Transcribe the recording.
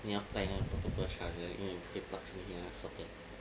你要带那个 portable charger 因为不可以 plug 进去那个 socket